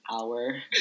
hour